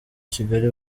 kigali